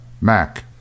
Mac